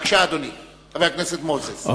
בבקשה, אדוני חבר הכנסת מוזס.